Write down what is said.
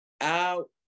out